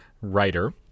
Writer